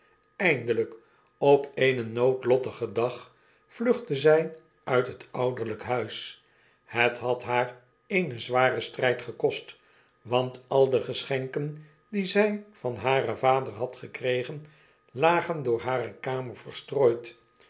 eindelijk op eenen noodlottigen dag vluchtte zjj uit het ouderljjk huis hex had haar eenen zwaren stryd gekost want al de geschenken die zjj van haren vader had gekregen lagen door hare kamer verstrooid